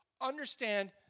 understand